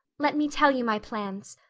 let me tell you my plans.